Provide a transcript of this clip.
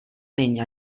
není